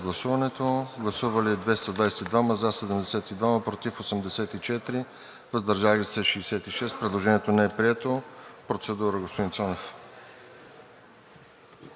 представители: за 72, против 84, въздържали се 66. Предложението не е прието. Процедура – господин Цонев.